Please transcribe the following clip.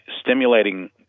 stimulating